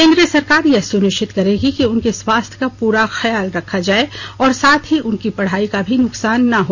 केन्द्र सरकार यह सुनिश्चित करेगी कि उनके स्वास्थ्य का पूरा ख्याल रखा जाए और साथ ही उनकी पढाई का भी नुकसान न हो